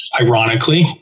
ironically